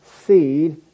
seed